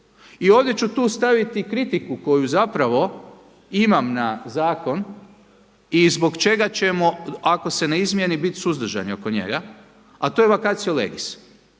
I ovdje ću tu staviti kritiku koju zapravo imam na zakon i zbog čega ćemo ako se ne izmijeni bit suzdržani oko njega, a to je vacatio legis.